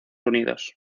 unidos